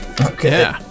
Okay